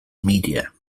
media